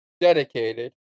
dedicated